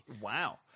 Wow